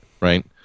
right